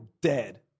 dead